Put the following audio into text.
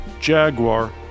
Jaguar